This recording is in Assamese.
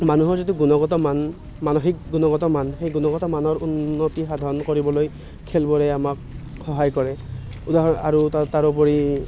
মানুহৰ যিটো গুণগত মান মানসিক গুণগত মান সেই গুণগত মানৰ উন্নতি সাধন কৰিবলৈ খেলবোৰে আমাক সহায় কৰে উদাহৰ আৰু তাৰোপৰি